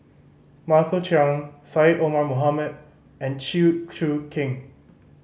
Michael Chiang Syed Omar Mohamed and Chew Choo Keng